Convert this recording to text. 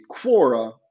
Quora